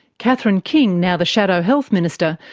catherine king, now the shadow health minister,